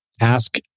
ask